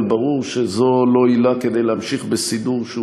אבל ברור שזו לא עילה להמשיך בסידור שהוא